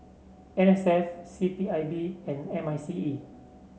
N S F C P I B and M I C E